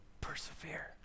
Persevere